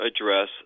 address